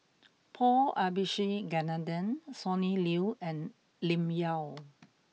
Paul Abisheganaden Sonny Liew and Lim Yau